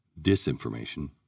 disinformation